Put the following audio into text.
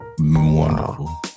Wonderful